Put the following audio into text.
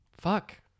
Fuck